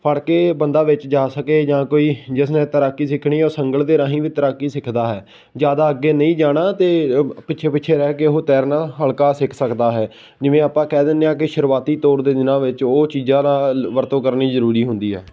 ਫੜ ਕੇ ਬੰਦਾ ਵਿੱਚ ਜਾ ਸਕੇ ਜਾਂ ਕੋਈ ਜਿਸ ਨੇ ਤੈਰਾਕੀ ਸਿੱਖਣੀ ਉਹ ਸੰਗਲ ਦੇ ਰਾਹੀਂ ਵੀ ਤੈਰਾਕੀ ਸਿੱਖਦਾ ਹੈ ਜ਼ਿਆਦਾ ਅੱਗੇ ਨਹੀਂ ਜਾਣਾ ਅਤੇ ਪਿੱਛੇ ਪਿੱਛੇ ਰਹਿ ਕੇ ਉਹ ਤੈਰਨਾ ਹਲਕਾ ਸਿੱਖ ਸਕਦਾ ਹੈ ਜਿਵੇਂ ਆਪਾਂ ਕਹਿ ਦਿੰਦੇ ਹਾਂ ਕਿ ਸ਼ੁਰੂਆਤੀ ਤੌਰ ਦੇ ਦਿਨਾਂ ਵਿੱਚ ਉਹ ਚੀਜ਼ਾਂ ਦਾ ਵਰਤੋਂ ਕਰਨੀ ਜ਼ਰੂਰੀ ਹੁੰਦੀ ਆ